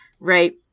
Right